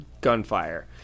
gunfire